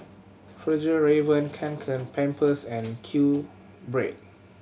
Fjallraven Kanken Pampers and QBread